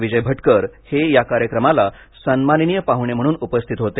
विजय भटकर हे या कार्यक्रमाला सन्माननीय पाहुणे म्हणून उपस्थित होते